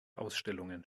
ausstellungen